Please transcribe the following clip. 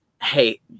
Hey